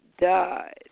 died